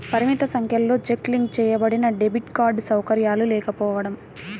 పరిమిత సంఖ్యలో check link చేయబడినడెబిట్ కార్డ్ సౌకర్యాలు లేకపోవడం